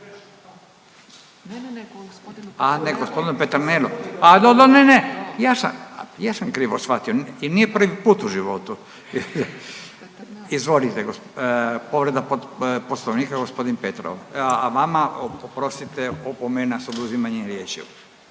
**Radin, Furio (Nezavisni)** A ne, gospodinu Peternelu. A ne, ne, ne. Ja sam krivo shvatio i nije prvi put u životu. Izvolite povreda Poslovnika gospodin Petrov. A vama oprostite opomena sa oduzimanjem riječi.